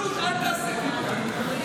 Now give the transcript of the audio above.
פשוט אל תעשה כלום.